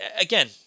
again